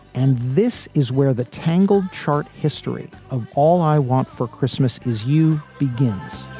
and this is where the tangled chart history of all i want for christmas is you begins.